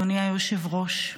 אדוני היושב-ראש.